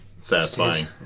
satisfying